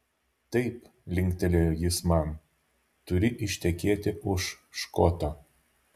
taip linktelėjo jis man turi ištekėti už škoto